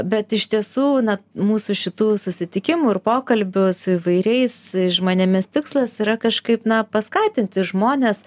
bet iš tiesų na mūsų šitų susitikimų ir pokalbių su įvairiais žmonėmis tikslas yra kažkaip na paskatinti žmones